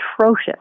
atrocious